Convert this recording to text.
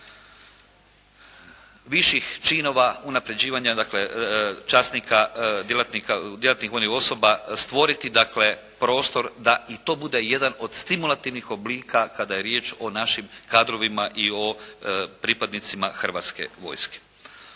viših činova, unapređivanja dakle časnika, djelatnika, djelatnih vojnih osoba, stvoriti dakle prostor da i to bude jedan od stimulativnih oblika kada je riječ o našim kadrovima i o pripadnicima Hrvatske vojske.